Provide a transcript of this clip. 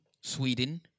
Sweden